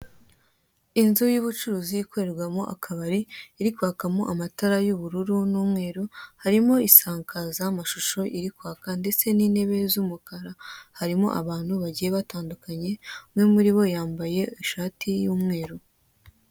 inzu y'ubucuruzi ikorerwamo akabari iri kwakamo amatara y'ubururu n'umweru, harimo isankaza y'amashusho iri kwaka ndetse n'intebe z'umukara, harimo abantu bagiye batandukanye, umwe muri bo yambaye ishati y'umweru.